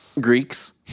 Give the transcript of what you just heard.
Greeks